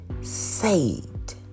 saved